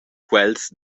quels